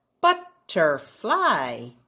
Butterfly